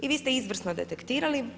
I vi ste izvrsno detektirali.